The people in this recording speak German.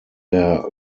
der